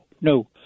no